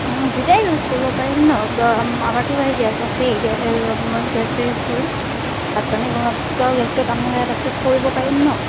দুয়োটাই ইউজ কৰিব পাৰিম ন আমাৰতো সেই গেছ আছেই গেছটো ইউজ কৰিম ভাত পানী বনোৱাৰ পিছতো আৰু গেছটো কাম নহয় তাৰ পিছত কৰিব পাৰিম ন